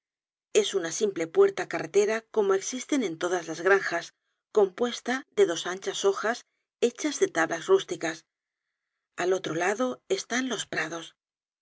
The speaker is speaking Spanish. es una simple puerta carretera como existen en todas las granjas compuesta de dos anchas hojas hechas de tablas rústicas al otro lado están los prados